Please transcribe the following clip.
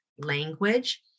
language